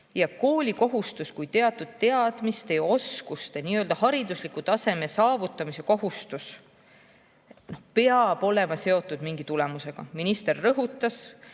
Koolikohustus kui teatud teadmiste ja oskuste haridusliku taseme saavutamise kohustus peab olema seotud mingi tulemusega. Minister rõhutas,